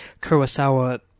Kurosawa